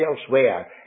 elsewhere